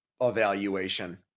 evaluation